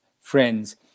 friends